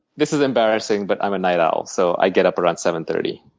this is embarrassing but i'm a night owl so i get up around seven thirty.